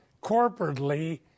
corporately